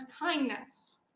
kindness